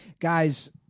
Guys